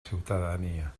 ciutadania